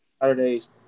Saturdays